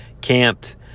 Camped